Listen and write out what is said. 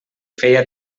feia